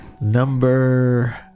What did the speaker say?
Number